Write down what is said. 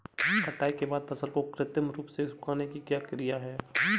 कटाई के बाद फसल को कृत्रिम रूप से सुखाने की क्रिया क्या है?